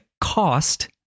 cost